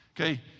okay